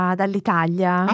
dall'Italia